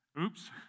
Oops